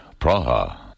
Praha